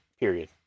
Period